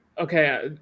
okay